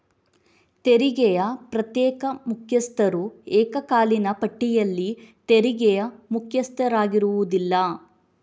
ತೆರಿಗೆಯ ಪ್ರತ್ಯೇಕ ಮುಖ್ಯಸ್ಥರು ಏಕಕಾಲೀನ ಪಟ್ಟಿಯಲ್ಲಿ ತೆರಿಗೆಯ ಮುಖ್ಯಸ್ಥರಾಗಿರುವುದಿಲ್ಲ